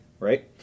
Right